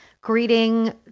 greeting